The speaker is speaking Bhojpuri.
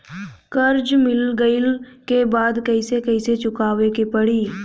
कर्जा मिल गईला के बाद कैसे कैसे चुकावे के पड़ी?